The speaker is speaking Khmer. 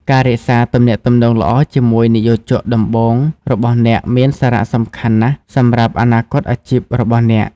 ការរក្សា ទំនាក់ទំនងល្អជាមួយនិយោជកដំបូង របស់អ្នកមានសារៈសំខាន់ណាស់សម្រាប់អនាគតអាជីពរបស់អ្នក។